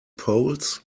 poles